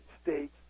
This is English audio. states